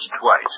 twice